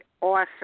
Awesome